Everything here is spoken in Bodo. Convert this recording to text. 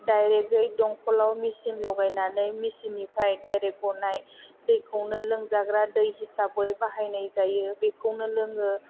दायरेकयै दमखलाव मिसिन लागायनानै मिसिननिफ्राय दायरेक गनाय दैखौनो लोंजाग्रा दै हिसाबै बाहायनाय जायो बेखौनो लोङो